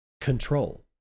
control